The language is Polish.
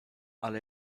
ale